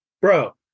Bro